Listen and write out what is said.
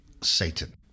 Satan